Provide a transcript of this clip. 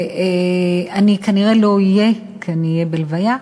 ואני כנראה לא אהיה, כי אני אהיה בהלוויה,